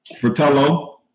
Fratello